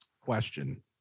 question